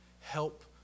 Help